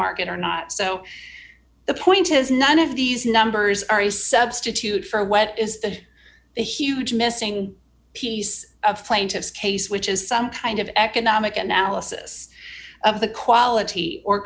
market or not so the point is none of these numbers are a substitute for what is the huge missing piece of plaintiff's case which is some kind of economic analysis of the quality o